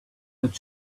that